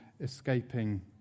escaping